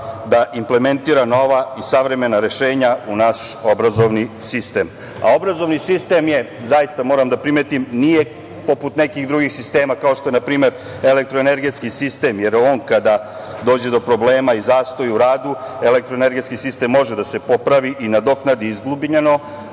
da implementira nova i savremena rešenja u naš obrazovni sistem.A, obrazovni sistem je, zaista moram da primetim, nije poput nekih drugih sistema, kao što je npr. elektroenergetski sistem, jer on kada dođe do problema i zastoja u radu, elektroenergetski sistem može da se popravi i nadoknadi izgubljeno,